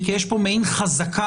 יש פה גגם יותר מזה,